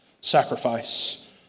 sacrifice